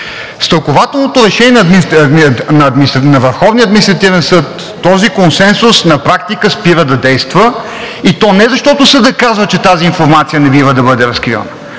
С тълкувателното решение на Върховния административен съд този консенсус на практика спира да действа, и то не защото Съдът казва, че тази информация не бива да бъде разкривана,